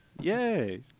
Yay